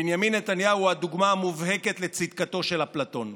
בנימין נתניהו הוא הדוגמה המובהקת לצדקתו של אפלטון.